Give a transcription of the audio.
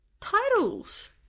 titles